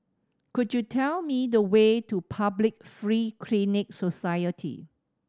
could you tell me the way to Public Free Clinic Society